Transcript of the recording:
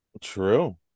True